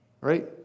right